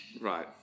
Right